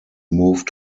moved